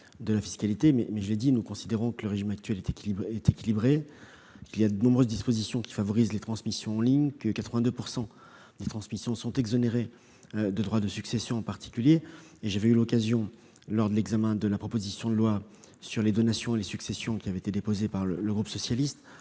de la fiscalité. Mais comme je l'ai dit, nous considérons que le régime actuel est équilibré : en particulier, de nombreuses dispositions favorisent les transmissions en ligne, et 82 % des transmissions sont exonérées de droits de succession. J'ai eu l'occasion, lors de l'examen de la proposition de loi sur les donations et les successions qui avait été déposée par le groupe socialiste,